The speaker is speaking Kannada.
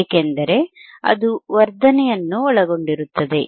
ಏಕೆಂದರೆ ಅದು ವರ್ಧನೆಯನ್ನು ಒಳಗೊಂಡಿರುತ್ತದೆ